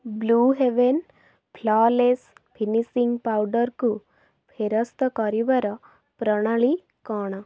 blue Heaven flawless finishing ପାଉଡ଼ର୍କୁ ଫେରସ୍ତ କରିବାର ପ୍ରଣାଳୀ କ'ଣ